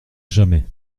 jamais